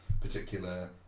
particular